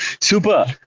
super